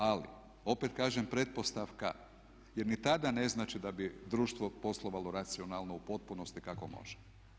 Ali opet kažem pretpostavka jer ni tada ne znači da bi društvo poslovalo racionalno u potpunosti kako može.